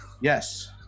Yes